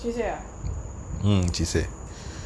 see say ah